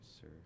sir